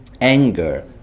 anger